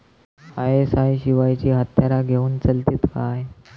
ISI शिवायची हत्यारा घेऊन चलतीत काय?